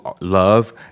love